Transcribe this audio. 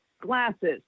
glasses